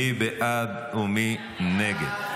מי בעד ומי נגד?